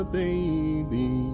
baby